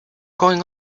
going